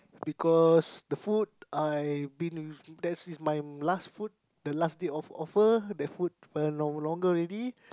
because the food I been that is my last food the last date of offer the food no longer already